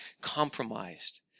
compromised